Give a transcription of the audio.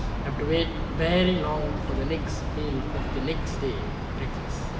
have to wait very long for the next meal of the next day breakfast